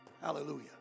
Hallelujah